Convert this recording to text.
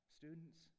students